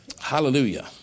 hallelujah